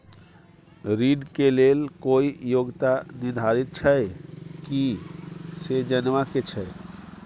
ऋण के लेल कोई योग्यता निर्धारित छै की से जनबा के छै?